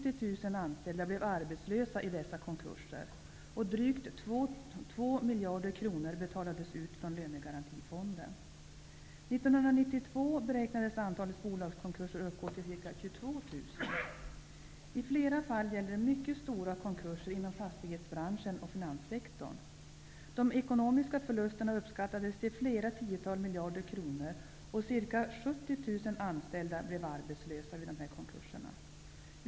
I dessa konkurser blev ca 50 000 av de anställda arbetslösa. Drygt 2 miljarder kronor betalades ut från lönegarantifonden. År 1992 beräknades antalet bolagskonkurser uppgå till ca 22 000 kr. I flera fall gällde det mycket stora konkurser inom fastighetsbranschen och finanssektorn. De ekonomiska förlusterna uppskattades till flera tiotal miljarder kronor. Ungefär 70 000 av de anställda har blivit arbetslösa vid dessa konkurser.